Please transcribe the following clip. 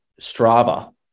Strava